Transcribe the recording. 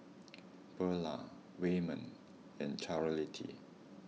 Buelah Wayman and Charolette